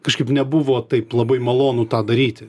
kažkaip nebuvo taip labai malonu tą daryti